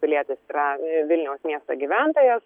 pilietis yra vilniaus miesto gyventojas